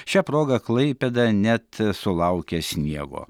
šia proga klaipėda net sulaukė sniego